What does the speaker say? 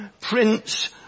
Prince